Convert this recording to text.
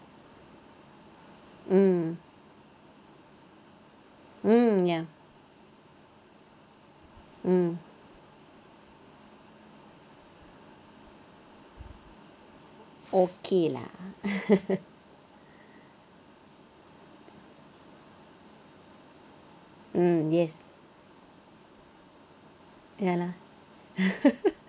mm mm ya mm okay lah mm yes ya lah